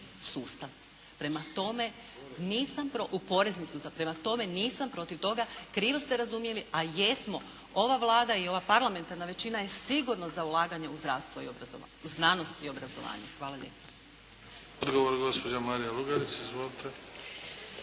sustav. Prema tome, nisam protiv toga, krivo ste razumjeli, a jesmo. Ova Vlada i ova parlamentarna većina je sigurno za ulaganje u zdravstvo i obrazovanje, u znanost i obrazovanje.